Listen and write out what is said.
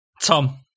Tom